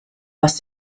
was